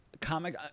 Comic